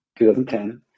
2010